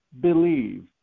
believe